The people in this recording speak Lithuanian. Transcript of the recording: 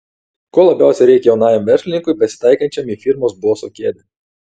ko labiausiai reikia jaunajam verslininkui besitaikančiam į firmos boso kėdę